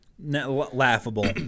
Laughable